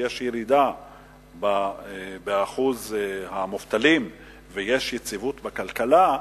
שיש ירידה באחוז המובטלים ויש יציבות בכלכלה,